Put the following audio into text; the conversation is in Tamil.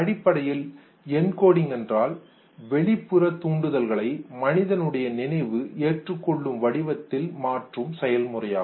அடிப்படையில் என்கோடிங் என்றால் வெளிப்புற தூண்டுதல்களை மனிதனுடைய நினைவு ஏற்றுக்கொள்ளும் வடிவத்தில் மாற்றும் செயல்முறையாகும்